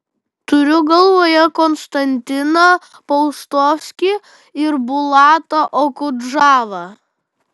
turiu galvoje konstantiną paustovskį ir bulatą okudžavą